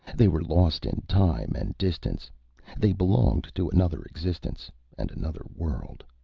they were lost in time and distance they belonged to another existence and another world.